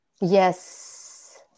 Yes